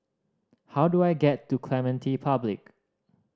how do I get to Clementi Public